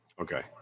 Okay